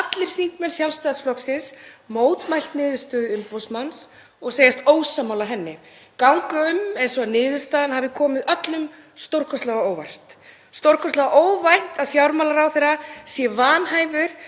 allir þingmenn Sjálfstæðisflokksins mótmælt niðurstöðu umboðsmanns og segjast ósammála henni, ganga um eins og niðurstaðan hafi komið öllum stórkostlega á óvart. Stórkostlega óvænt að fjármálaráðherra sé vanhæfur